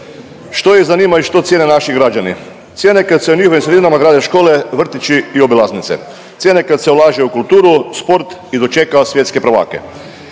što ih zanima i što cijene naši građani? Cijene kad se u njihovim sredinama grade škole, vrtići i obilaznice, cijene kad se ulaže u kulturu, sport i dočeka svjetske prvake,